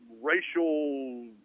racial